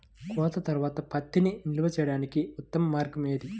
కోత తర్వాత పత్తిని నిల్వ చేయడానికి ఉత్తమ మార్గం ఏది?